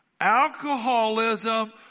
alcoholism